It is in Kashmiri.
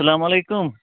اسلامُ علیکُم